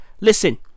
listen